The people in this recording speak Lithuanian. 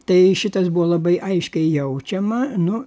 tai šitas buvo labai aiškiai jaučiama nu